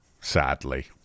Sadly